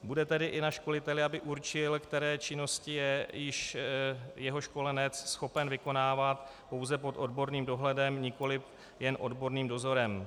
Bude tedy na školiteli, aby určil, které činnosti je již jeho školenec schopen vykonávat pouze pod odborným dohledem, nikoli jen odborným dozorem.